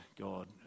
God